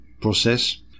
process